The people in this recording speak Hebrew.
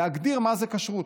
להגדיר מה זה כשרות.